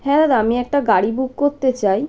হ্যাঁ দাদা আমি একটা গাড়ি বুক করতে চাই